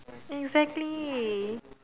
exactly